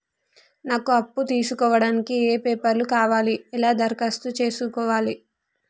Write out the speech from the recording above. నాకు అప్పు తీసుకోవడానికి ఏ పేపర్లు కావాలి ఎలా దరఖాస్తు చేసుకోవాలి?